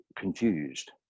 confused